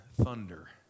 thunder